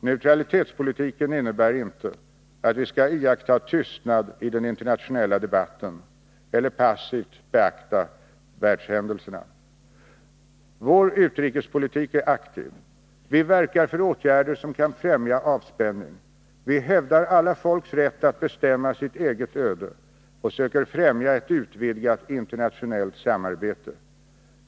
Neutralitetspolitiken innebär inte att vi skall iaktta tystnad i den internationella debatten eller passivt betrakta världshändelserna. Vår utrikespolitik är aktiv. Vi verkar för åtgärder som kan främja avspänning. Vi hävdar alla folks rätt att bestämma sitt eget öde och söker främja ett utvidgat internationellt samarbete.